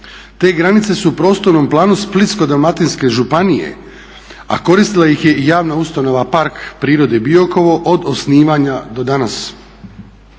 Te granice su u prostornom planu Splitsko-dalmatinske županije, a koristila ih je i javna ustanova Park prirode Biokovo od osnivanja do danas.